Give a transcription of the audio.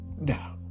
No